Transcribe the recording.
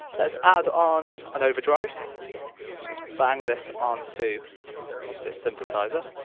lets add on an overdrive. let's just bang this on to this synthesiser.